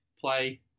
play